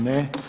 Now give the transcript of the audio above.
Ne.